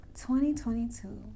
2022